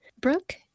Brooke